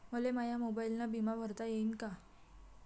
मले माया मोबाईलनं बिमा भरता येईन का?